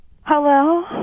Hello